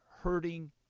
hurting